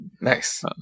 Nice